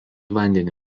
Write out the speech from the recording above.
vandenį